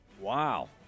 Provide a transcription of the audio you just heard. Wow